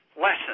lesson